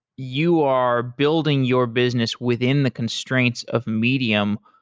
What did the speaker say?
you are building your business within the constraints of medium,